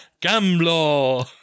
Gambler